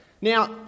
Now